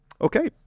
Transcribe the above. okay